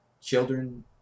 children